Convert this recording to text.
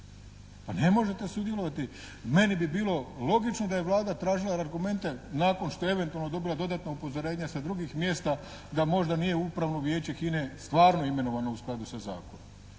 Pa ne možete sudjelovati, meni bi bilo logično da je Vlada tražila argumente nakon što eventualno dobiva dodatna upozorenja sa drugih mjesta da možda nije upravno vijeće HINA-e stvarno imenovano u skladu sa zakonom